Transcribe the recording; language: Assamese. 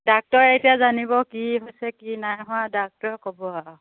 ডাক্টৰে এতিয়া জানিব কি হৈছে কি নাই হোৱা ডাক্তৰে ক'ব আৰু